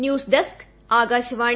news desk Akashvani